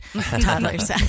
toddlers